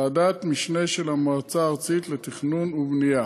ועדת משנה של המועצה הארצית לתכנון ובנייה.